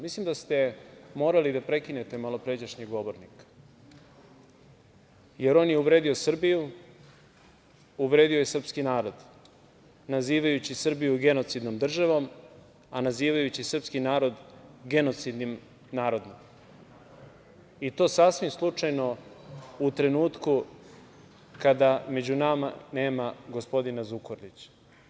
Mislim da ste morali da prekinete malopređašnjeg govornika, jer on je uvredio Srbiju, uvredio je srpski narod, nazivajući Srbiju genocidnom državom, a nazivajući srpski narod genocidnim narodom i to sasvim slučajno u trenutku kada među nama nema gospodina Zukorlića.